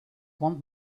want